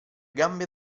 gambe